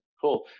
Cool